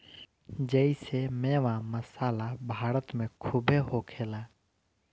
जेइसे मेवा, मसाला भारत मे खूबे होखेला